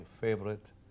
favorite